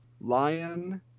Lion